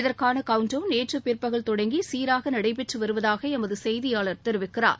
இதற்கான countdown நேற்று பிற்பகல் தொடங்கி சீராக நடைபெற்று வருவதாக எமது செய்தியாளர் தெரிவிக்கிறார்